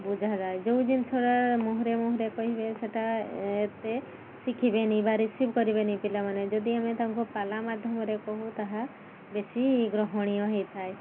ବୁଝାଯାଏ ଯେଉଁ ଜିନିଷଟା ମୁହଁରେ ମୁହଁରେ କହିବେ ସେଇଟା ଏତେ ଶିଖିବେନି ବା ରିସିଭ୍ କରିବେନି ପିଲାମାନେ ଯଦି ଆମେ ତାଙ୍କୁ ପାଲା ମାଧ୍ୟମରେ କହୁ ତାହା ବେଶୀ ଗ୍ରହଣୀୟ ହେଇଥାଏ